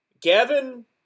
Gavin